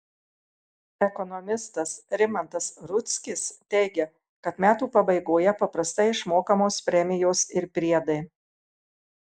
ekonomistas rimantas rudzkis teigia kad metų pabaigoje paprastai išmokamos premijos ir priedai